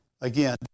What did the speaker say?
again